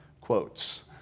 quotes